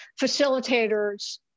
facilitators